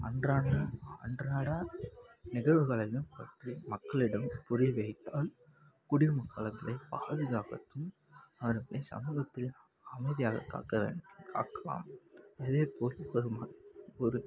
அன்றான அன்றாட நிகழ்வுகளையும் பற்றி மக்களிடம் புரிய வைத்தால் குடிமக்கள்களை பாதுகாப்பதும் அவர்களை சமூகத்தில் அமைதியாக காக்க வேண் காக்கலாம் அதே போல் ஒரு